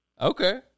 Okay